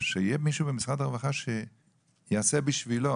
שיהיה מישהו במשרד הרווחה שיעשה בשבילו,